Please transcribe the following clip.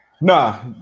Nah